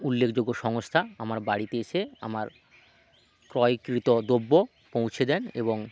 উল্লেখযোগ্য সংস্থা আমার বাড়িতে এসে আমার ক্রয়কৃত দ্রব্য পৌঁছে দেন এবং